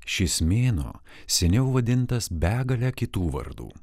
šis mėnuo seniau vadintas begale kitų vardų